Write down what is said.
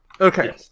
Okay